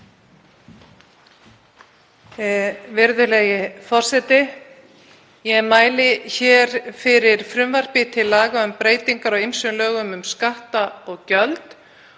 Virðulegi forseti. Ég mæli hér fyrir frumvarpi til laga um breytingar á ýmsum lögum um skatta og gjöld.